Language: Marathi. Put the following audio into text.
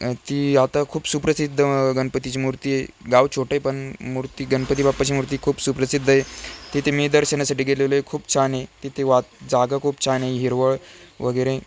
आणि ती आता खूप सुप्रसिद्ध गणपतीची मूर्ती आहे गाव छोटं आहे पण मूर्ती गणपती बाप्पाची मूर्ती खूप सुप्रसिद्ध आहे तिथे मी दर्शनासाठी गेलेलो आहे खूप छान आहे तिथे वात जागा खूप छान आहे हिरवळ वगैरे